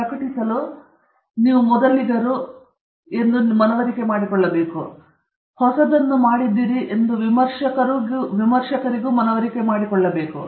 ಪ್ರಕಟಿಸಲು ನೀವು ಮೊದಲಿಗರು ನಿಮ್ಮನ್ನು ಮನವರಿಕೆ ಮಾಡಿಕೊಳ್ಳಬೇಕು ಮತ್ತು ಹೊಸದನ್ನು ಮಾಡಿದ್ದೀರಿ ಎಂದು ವಿಮರ್ಶಕರನ್ನು ಮನವರಿಕೆ ಮಾಡಿಕೊಳ್ಳಬೇಕು